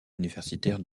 universitaire